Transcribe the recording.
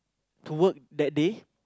to work that day